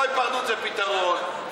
ולא היפרדות זה פתרון,